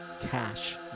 cash